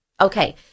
Okay